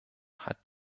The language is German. hat